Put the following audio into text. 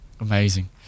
Amazing